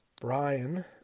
Brian